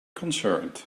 concerned